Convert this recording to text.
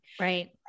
Right